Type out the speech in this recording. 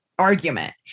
Argument